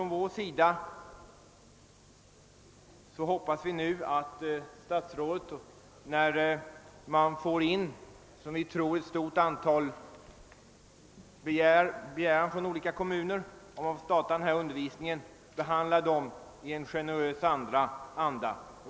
När Kungl. Maj:t får, som vi tror, ett stort antal framställningar från olika kommuner om att få starta sådan undervisning, hoppas vi att statsrådet behandlar dem i en generös anda.